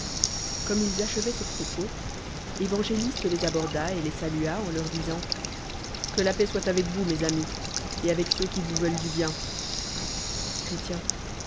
comme ils achevoient ce propos evangélist les aborda et les salua en leur disant que la paix soit avec vous mes amis et avec ceux qu vousveulent du bien